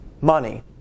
money